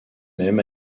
même